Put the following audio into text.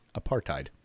apartheid